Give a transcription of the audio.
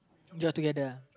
you're together uh